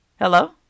Hello